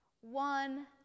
one